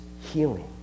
healing